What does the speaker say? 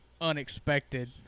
unexpected